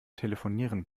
telefonieren